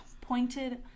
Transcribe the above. pointed